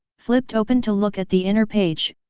flipped open to look at the inner page,